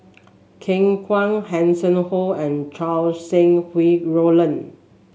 Ken Kwek Hanson Ho and Chow Sau Hai Roland